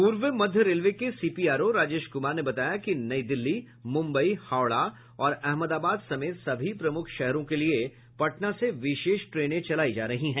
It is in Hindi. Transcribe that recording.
पूर्व मध्य रेलवे के सीपीआरओ राजेश कुमार ने बताया कि नई दिल्ली मुम्बई हावड़ा और अहमदाबाद समेत सभी प्रमुख शहरों के लिये पटना से विशेष ट्रेनें चलाई जा रही हैं